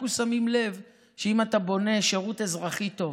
אנחנו שמים לב שאם אתה בונה שירות אזרחי טוב,